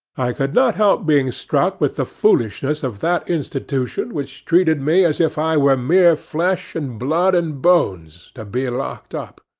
i could not help being struck with the foolishness of that institution which treated me as if i were mere flesh and blood and bones, to be locked up.